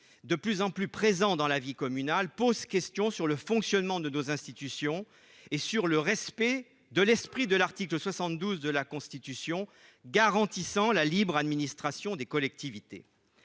de plus en plus présents dans la vie communale conduisent à s'interroger sur le fonctionnement de nos institutions et sur le respect de l'esprit de l'article 72 de la Constitution garantissant la libre administration des collectivités.